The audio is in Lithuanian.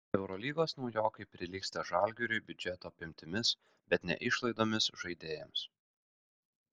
eurolygos naujokai prilygsta žalgiriui biudžeto apimtimis bet ne išlaidomis žaidėjams